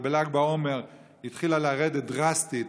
ובל"ג בעומר המגפה הזאת התחילה לרדת דרסטית,